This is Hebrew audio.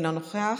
אינו נוכח,